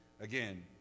again